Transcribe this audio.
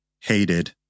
hated